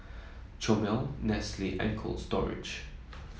Chomel Nestle and Cold Storage